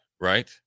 right